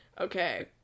okay